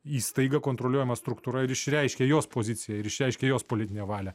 įstaiga kontroliuojama struktūra ir išreiškia jos poziciją ir išreiškia jos politinę valią